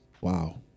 Wow